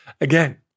again